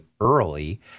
early